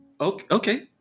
Okay